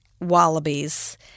wallabies